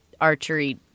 archery